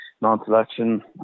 non-selection